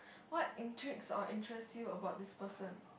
what intrigues or interest you about this person